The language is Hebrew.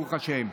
ברוך השם.